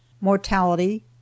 mortality